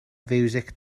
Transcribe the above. fiwsig